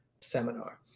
seminar